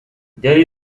there